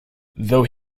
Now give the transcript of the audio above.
though